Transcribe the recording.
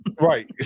right